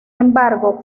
embargo